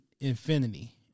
infinity